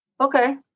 Okay